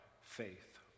faith